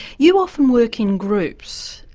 you often work in groups,